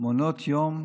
מעונות יום